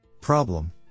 Problem